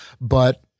But-